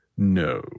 No